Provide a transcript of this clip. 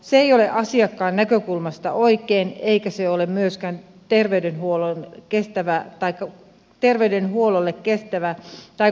se ei ole asiakkaan näkökulmasta oikein eikä se ole myöskään terveydenhuollolle kestävä tai kustannusvaikuttava ratkaisu